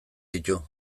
ditu